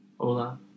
Hola